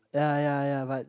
ya ya ya but